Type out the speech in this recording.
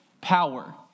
power